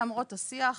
למרות השיח,